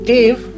Dave